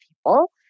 people